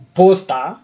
poster